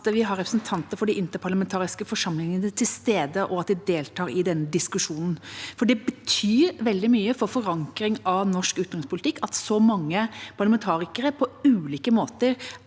at vi har representanter for de interparlamentariske forsamlingene til stede, og at de deltar i denne diskusjonen. Det betyr veldig mye for forankring av norsk utenrikspolitikk at så mange parlamentarikere på ulike måter